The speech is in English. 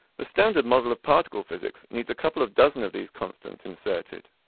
the standard model of particle physics needs a couple of dozen of these constants inserted.